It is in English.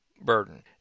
burden